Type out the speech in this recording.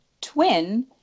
twin